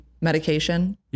medication